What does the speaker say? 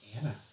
Anna